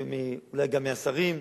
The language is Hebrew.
אולי גם מהשרים,